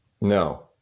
No